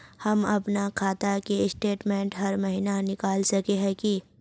हम अपना खाता के स्टेटमेंट हर महीना निकल सके है की?